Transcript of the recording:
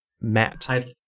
Matt